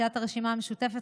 סיעת הרשימה המשותפת,